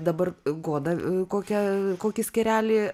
dabar goda kokią kokį skyrelį